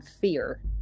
fear